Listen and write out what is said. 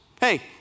hey